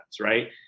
right